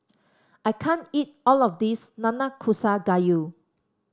I can't eat all of this Nanakusa Gayu